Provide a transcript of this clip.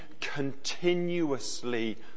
continuously